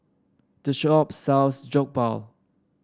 this shop sells Jokbal